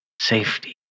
safety